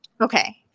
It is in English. Okay